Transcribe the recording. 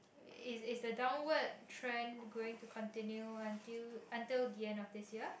is is the downward trend going to continue until until the end of this year